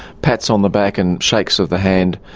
pats on the back and shakes of the hand,